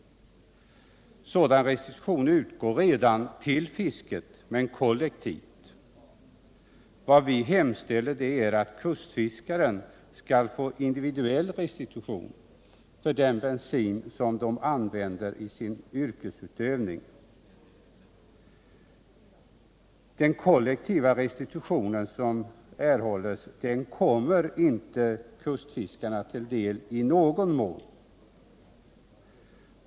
Restitution utgår redan till fisket men kollektivt. Vad vi hemställer är att kustfiskarna skall få individuell restitution för den bensin som de använder i sin yrkesutövning. Den kollektiva restitutionen kommer inte kustfiskarna till del i någon utsträckning.